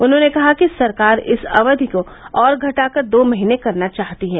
उन्होंने कहा कि सरकार इस अवधि को और घटाकर दो महीने करना चाहती है